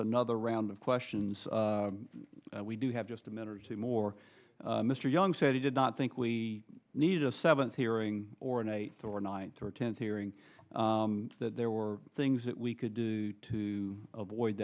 another round of questions we do have just a minute or two more mr young said he did not think we need a seventh hearing or an eighth or ninth or tenth hearing that there were things that we could do to avoid